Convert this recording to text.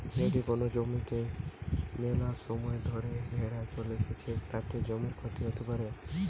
যদি কোন জমিতে মেলাসময় ধরে ভেড়া চরতিছে, তাতে জমির ক্ষতি হতে পারে